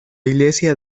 iglesia